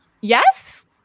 yes